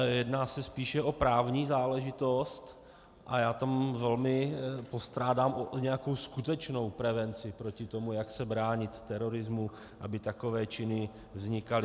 Jedná se spíše o právní záležitost a já tam velmi postrádám nějakou skutečnou prevenci proti tomu, jak se bránit terorismu, aby takové činy vznikaly.